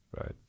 Right